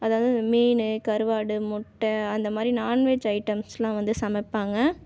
அதாவது மீனு கருவாடு முட்டை அந்தமாதிரி நான்வெஜ் ஐட்டம்ஸ்லாம் வந்து சமைப்பாங்கள்